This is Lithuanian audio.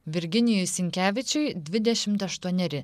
virginijui sinkevičiui dvidešimt aštuoneri